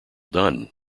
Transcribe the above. done